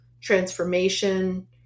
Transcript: transformation